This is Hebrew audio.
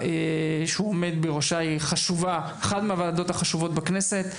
היא אחת מהוועדות החשובות בכנסת,